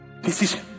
Decision